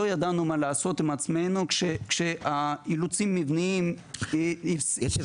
ידענו מה לעשות עם עצמנו כשהאילוצים המבניים -- תראה,